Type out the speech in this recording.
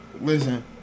Listen